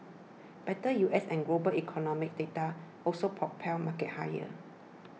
better U S and global economic data also propelled markets higher